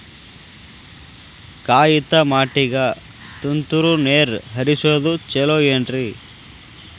ಕಾಯಿತಮಾಟಿಗ ತುಂತುರ್ ನೇರ್ ಹರಿಸೋದು ಛಲೋ ಏನ್ರಿ?